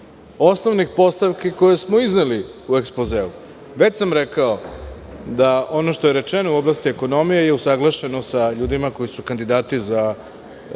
osnovnih postavki koje smo izneli u ekspozeu. Već sam rekao da ono što je rečeno u oblasti ekonomije je usaglašeno sa ljudima koji su kandidati za ministre